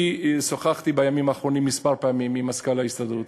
שוחחתי בימים האחרונים כמה פעמים עם מזכ"ל ההסתדרות